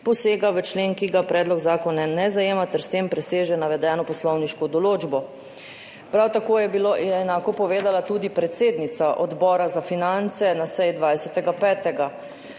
posega v člen, ki ga predlog zakona ne zajema, ter s tem preseže navedeno poslovniško določbo. Prav tako je enako povedala tudi predsednica Odbora za finance na seji 20.